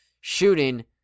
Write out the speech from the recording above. shooting